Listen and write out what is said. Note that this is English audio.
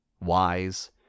wise